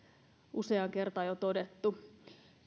useaan kertaan jo todettu